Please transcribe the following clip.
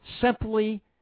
Simply